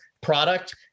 product